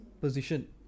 position